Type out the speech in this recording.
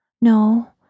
No